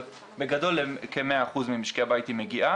אבל בגדול היא מגיעה לכ-100% ממשקי הבית.